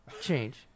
change